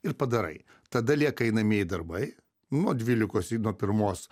ir padarai tada lieka einamieji darbai nuo dvylikos ir nuo pirmos